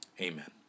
Amen